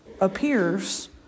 appears